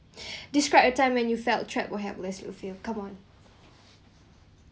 describe a time when you felt trapped will have less you will feel come on